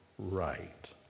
Right